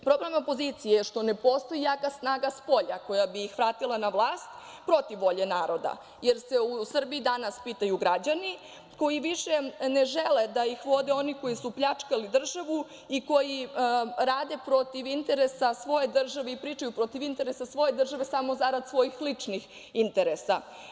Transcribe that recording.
Problem opozicije je što ne postoji jaka snaga spolja koja bi ih vratila na vlast protiv volje naroda, jer se u Srbiji danas pitaju građani koji više ne žele da ih vode oni koji su pljačkali državu i koji rade protiv interesa svoje države i pričaju protiv interesa svoje države, a samo zarad svojih ličnih interesa.